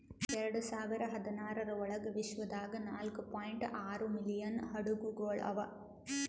ಎರಡು ಸಾವಿರ ಹದಿನಾರರ ಒಳಗ್ ವಿಶ್ವದಾಗ್ ನಾಲ್ಕೂ ಪಾಯಿಂಟ್ ಆರೂ ಮಿಲಿಯನ್ ಹಡಗುಗೊಳ್ ಅವಾ